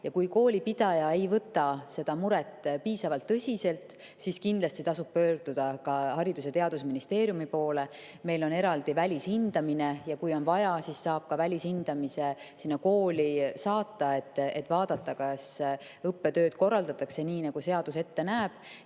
Kui koolipidaja ei võta seda muret piisavalt tõsiselt, siis kindlasti tasub pöörduda ka Haridus- ja Teadusministeeriumi poole. Meil on eraldi välishindamine ja kui on vaja, siis saab ka välishindamise sinna kooli saata, et vaadata, kas õppetööd korraldatakse nii, nagu seadus ette näeb.